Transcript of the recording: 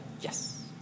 Yes